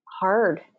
hard